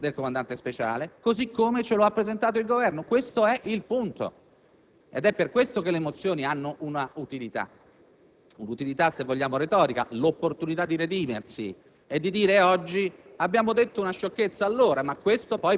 né presentabile l'alibi della rimozione del comandante Speciale così come ci è stato presentato dal Governo. Questo è il punto ed è per questo che le mozioni presentate hanno un'utilità,